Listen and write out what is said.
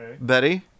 Betty